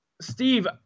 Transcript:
Steve